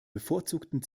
bevorzugten